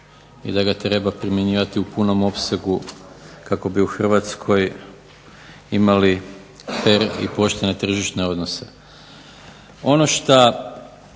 i da ga treba primjenjivati u punom opsegu kako bi u Hrvatskoj imali …/Govornik se ne razumije./… i poštene tržišne odnose. Ono što